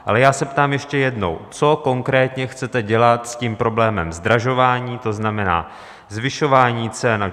Ale já se ptám ještě jednou: Co konkrétně chcete dělat s tím problémem zdražování, to znamená, zvyšování cen?